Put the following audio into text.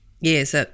Yes